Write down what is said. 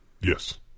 Yes